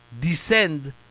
descend